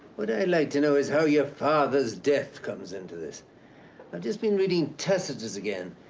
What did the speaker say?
what i'd like to know is how your father's death comes into this. i've just been reading tacitus again.